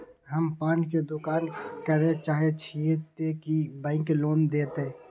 हम पान के दुकान करे चाहे छिये ते की बैंक लोन देतै?